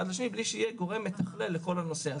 בלי שיהיה גורם מתכלל לכל הנושא הזה.